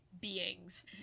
beings